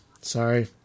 sorry